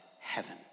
heaven